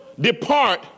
depart